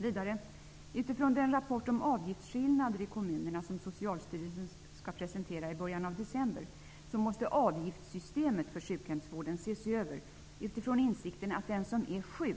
Vidare: utifrån den rapport om avgiftsskillnader i kommunerna som Socialstyrelsen skall presentera i början av december måste avgiftssystemet för sjukhemsvården ses över utifrån insikten att den som är sjuk